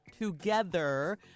together